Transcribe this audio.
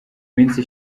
minsi